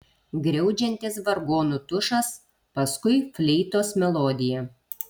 griaudžiantis vargonų tušas paskui fleitos melodija